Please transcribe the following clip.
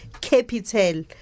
capital